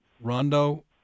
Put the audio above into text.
Rondo